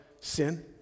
sin